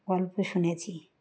গল্প শুনেছি